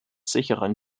sicheren